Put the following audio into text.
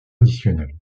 additionnelles